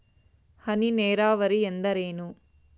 ಹನಿ ನೇರಾವರಿ ಎಂದರೇನು?